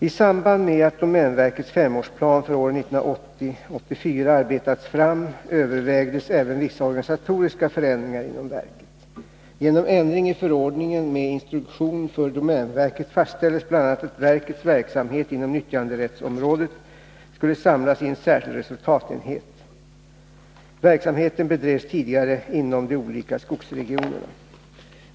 I samband med att domänverkets femårsplan för åren 1980-1984 arbetats fram, övervägdes även vissa organisatoriska förändringar inom verket.